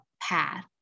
path